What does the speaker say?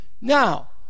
Now